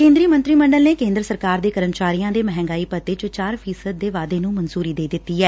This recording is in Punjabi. ਕੇਂਦਰੀ ਮੰਤਰੀ ਮੰਡਲ ਨੇ ਕੇਂਦਰ ਸਰਕਾਰ ਦੇ ਕਰਮਚਾਰੀਆਂ ਦੇ ਮਹਿੰਗਾਈ ਭੱਤੇ ਚ ਚਾਰ ਫ਼ੀਸਦੀ ਦੇ ਵਾਧੇ ਨੂੰ ਮਨਜੁਰੀ ਦੇ ਦਿੱਤੀ ਐ